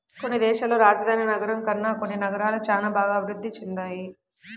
కొన్ని దేశాల్లో రాజధాని నగరం కన్నా కొన్ని నగరాలు చానా బాగా అభిరుద్ధి చెందాయి